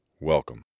Welcome